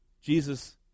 jesus